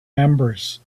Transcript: members